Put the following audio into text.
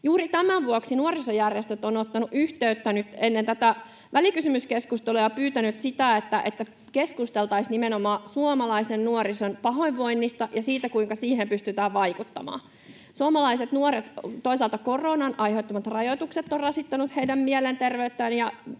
Juuri tämän vuoksi nuorisojärjestöt ovat ottaneet yhteyttä nyt ennen tätä välikysymyskeskustelua ja pyytäneet, että keskusteltaisiin nimenomaan suomalaisen nuorison pahoinvoinnista ja siitä, kuinka siihen pystytään vaikuttamaan. Toisaalta koronan aiheuttamat rajoitukset ovat rasittaneet suomalaisten nuorten mielenterveyttä ja